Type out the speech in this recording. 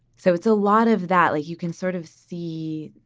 so it's a lot of that. like you can sort of see